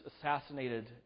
assassinated